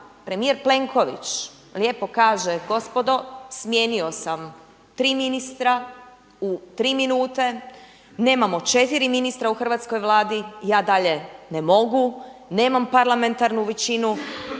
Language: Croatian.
premijer Plenković lijepo kaže gospodo smijenio sam 3 ministra u 3 minute, nemamo 4 ministra u hrvatskoj Vladi, ja dalje ne mogu, nemam parlamentarnu većinu,